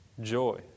joy